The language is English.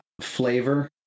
flavor